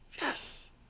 Yes